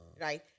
Right